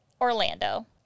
Orlando